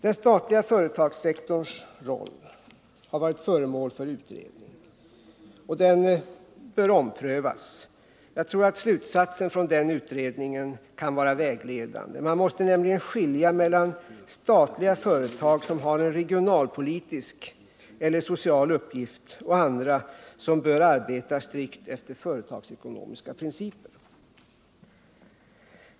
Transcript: Den statliga företagssektorns roll har varit föremål för utredning, och den bör omprövas. Jag tror att slutsatsen från den utredningen kan vara vägledande. Man måste nämligen skilja mellan statliga företag som har en regionalpolitisk eller social uppgift och andra, som bör arbeta strikt efter företagsekonomiska principer.